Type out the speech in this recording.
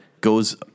goes